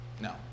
No